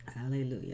hallelujah